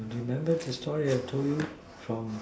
remember the story I tell you from